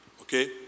Okay